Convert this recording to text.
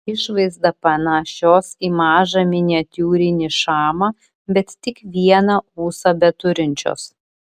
išvaizda panašios į mažą miniatiūrinį šamą bet tik vieną ūsą beturinčios